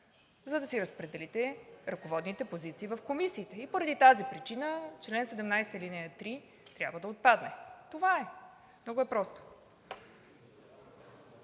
за да си разпределите ръководните позиции в комисиите. Поради тази причина чл. 17, ал. 3 трябва да отпадне. Това е. Много е просто.